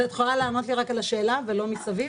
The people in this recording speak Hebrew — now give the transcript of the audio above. את יכולה לענות לי על השאלה ולא מסביב?